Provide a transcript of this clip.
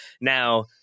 Now